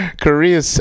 Korea